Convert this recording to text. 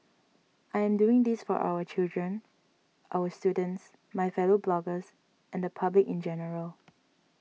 I am doing this for our children our students my fellow bloggers and the public in general